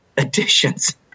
editions